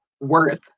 Worth